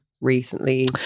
recently